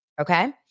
Okay